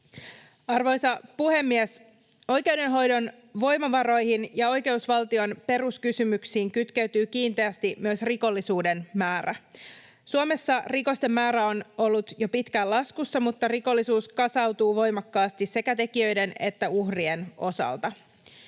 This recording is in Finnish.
Arvoisa puhemies! Oikeudenhoidon voimavaroihin ja oikeusvaltion peruskysymyksiin kytkeytyy kiinteästi myös rikollisuuden määrä. Suomessa rikosten määrä on ollut jo pitkään laskussa, mutta rikollisuus kasautuu voimakkaasti sekä tekijöiden että uhrien osalta.